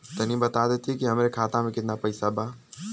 तनि बता देती की हमरे खाता में कितना पैसा बा?